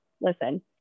listen